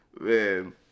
Man